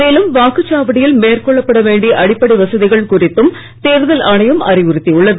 மேலும் வாக்குச்சாவடியில் மேற்கொள்ளப்பட வேண்டிய அடிப்படை வசதிகள் குறித்தும் தேர்தல் ஆணையம் அறிவுறுத்தியுள்ளது